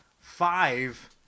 Five